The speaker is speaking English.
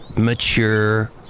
mature